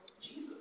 Jesus